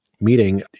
meeting